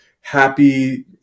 happy